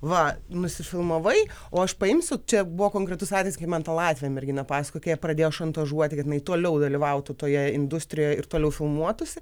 va nusifilmavai o aš paimsiu čia buvo konkretus atvejis kai man tą latvę merginą pasokojo kai ją pradėjo šantažuoti kad jinai toliau dalyvautų toje industrijoje ir toliau filmuotųsi